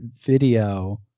video